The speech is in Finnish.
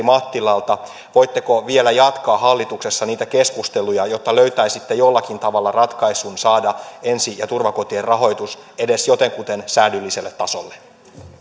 mattilalta voitteko vielä jatkaa hallituksessa niitä keskusteluja jotta löytäisitte jollakin tavalla ratkaisun saada ensi ja turvakotien rahoitus edes jotenkuten säädylliselle tasolle